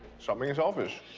stop being selfish.